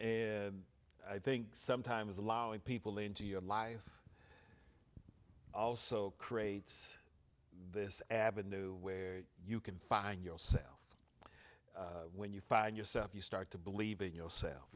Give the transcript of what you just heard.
i think sometimes allowing people into your life also creates this avenue where you can find yourself when you find yourself you start to believe in yourself